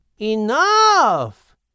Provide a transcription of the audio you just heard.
Enough